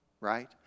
Right